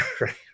Right